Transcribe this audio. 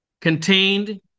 contained